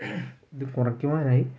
ഇതു കുറയ്ക്കുവാനായി